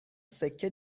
سکه